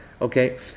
Okay